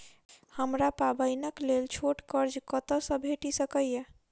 हमरा पाबैनक लेल छोट कर्ज कतऽ सँ भेटि सकैये?